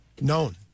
known